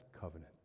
covenant